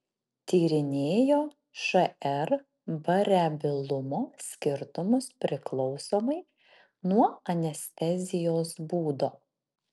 tyrinėjo šr variabilumo skirtumus priklausomai nuo anestezijos būdo